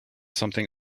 something